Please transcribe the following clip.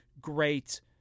great